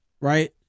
Right